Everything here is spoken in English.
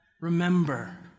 Remember